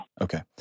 Okay